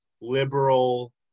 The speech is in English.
liberal